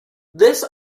this